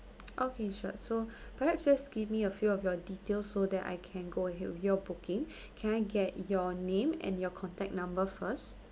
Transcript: okay sure so perhaps just give me a few of your details so that I can go ahead with your booking can I get your name and your contact number first